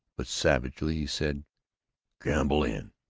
but savagely he said campbell inn!